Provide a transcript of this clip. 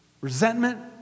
resentment